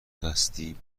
دستی